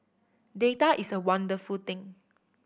data is a wonderful thing